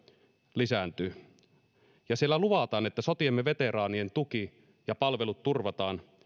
lisääntyy siellä luvataan että sotiemme veteraanien tuki ja palvelut turvataan